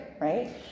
right